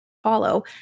follow